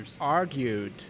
argued